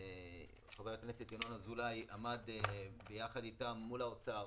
חבר הכנסת ינון אזולאי, עמד ביחד איתם מול האוצר,